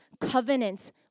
covenants